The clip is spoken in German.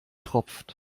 tropft